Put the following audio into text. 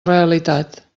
realitat